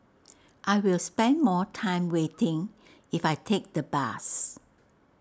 I'll spend more time waiting if I take the bus